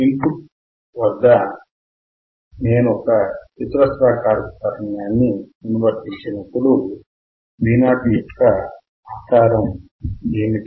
in put వద్ద చతురస్రాకారపు తరంగాన్ని అనువర్తించినప్పుడు Vo ఆకారం ఏమిటి